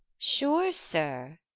sure, sir,